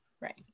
Right